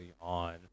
on